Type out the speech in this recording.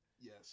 Yes